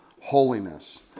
holiness